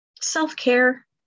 self-care